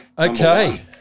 Okay